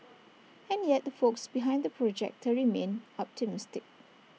and yet the folks behind the projector remain optimistic